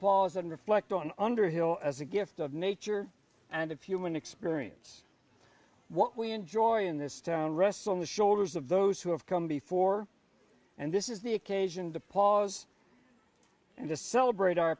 pause and reflect on underhill as a gift of nature and of human experience what we enjoy in this town rests on the shoulders of those who have come before and this is the occasion to pause and to celebrate our